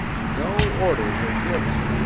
no orders are given.